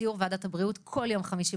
נערך סיור של ועדת הבריאות כמעט בכל יום חמישי.